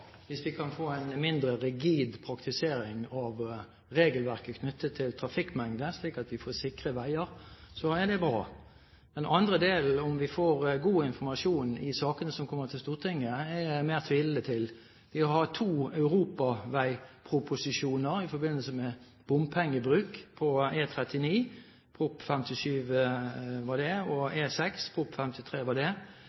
Hvis vi kan få en mindre rigid praktisering av regelverket knyttet til trafikkmengde slik at vi får sikre veier, så er det bra. Den andre delen – om vi får god informasjon i sakene som kommer til Stortinget – er jeg mer tvilende til. Vi har to europaveiproposisjoner i forbindelse med bompengebruk: Prop. 57 S for 2010–2011, E39, og